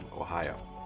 Ohio